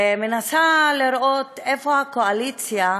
ומנסה לראות איפה הקואליציה,